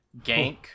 gank